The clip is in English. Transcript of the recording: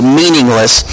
meaningless